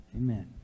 amen